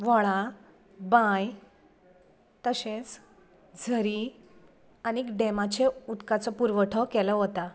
व्हळां बांय तशेंच झरी डॅमाच्या आनी उदकाचो पुरवठो केलो वता